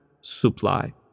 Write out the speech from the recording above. supply